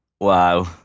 Wow